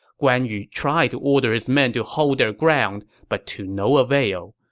guan yu tried to order his men to hold their ground, but to no avail,